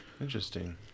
interesting